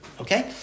Okay